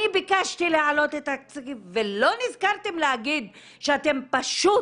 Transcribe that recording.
אני ביקשתי להעלות את התקציבים ולא נזכרתם להגיד שאתם פשוט